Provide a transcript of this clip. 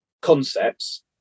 concepts